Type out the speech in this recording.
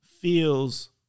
feels